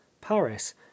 paris